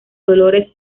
dolores